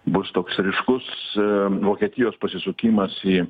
bus toks ryškus vokietijos pasisukimas į